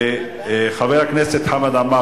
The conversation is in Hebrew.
חבר הכנסת חמד עמאר,